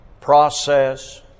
process